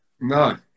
No